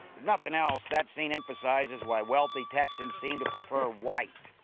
nothing else, that scene emphasises why wealthy texans seem to prefer white.